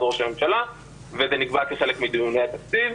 ראש הממשלה וזה נקבע כחלק מדיוני התקציב.